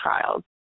trials